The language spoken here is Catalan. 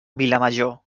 vilamajor